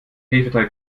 hefeteig